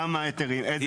כמה היתרים, איזה היקפים.